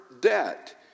debt